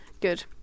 Good